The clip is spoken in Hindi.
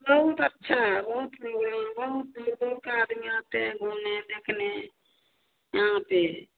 बहुत अच्छा बहुत बहुत दूर दूर का आदमी आते हैं घूमने देखने यहाँ पर